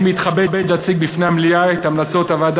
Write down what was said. אני מתכבד להציג בפני המליאה את המלצות הוועדה